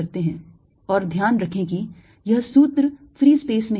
और ध्यान रखें कि यह सूत्र फ्री स्पेस में है